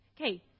okay